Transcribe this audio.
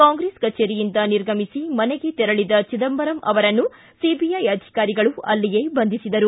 ಕಾಂಗ್ರೆಸ್ ಕಚೇರಿಯಿಂದ ನಿರ್ಗಮಿಸಿ ಮನೆಗೆ ತೆರಳಿದ ಚಿದಂಬರಂ ಅವರನ್ನು ಸಿಬಿಐ ಅಧಿಕಾರಿಗಳು ಅಲ್ಲಿಯೇ ಬಂಧಿಸಿದರು